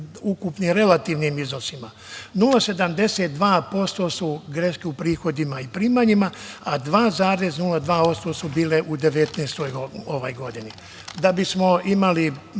ukupnim relativnim iznosima 0,72% su greške u prihodima i primanjima, a 2,02% su bile u 2019. godini. Da bismo imali